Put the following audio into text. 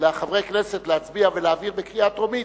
לחברי הכנסת להצביע ולהעביר בקריאה טרומית,